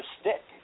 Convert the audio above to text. stick